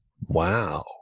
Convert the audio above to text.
Wow